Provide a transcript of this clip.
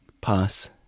Pass